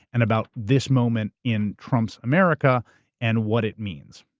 and about this moment in trump's america and what it means.